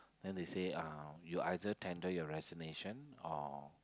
then they say uh you either tender your resignation or